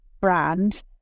brand